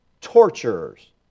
torturers